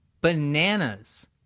bananas